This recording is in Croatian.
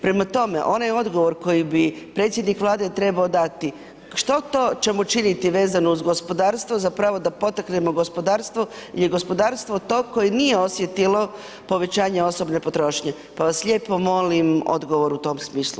Prema tome, onaj odgovor koji bi predsjednik Vlade trebao dati, što to ćemo činiti vezano uz gospodarstvo zapravo da potaknemo gospodarstvo jer gospodarstvo je to koje nije osjetilo povećanje osobne potrošnje, pa vas lijepo molim odgovor u tom smislu.